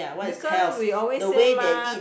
because we always say mah